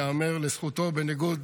ייאמר לזכותו, בניגוד